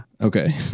Okay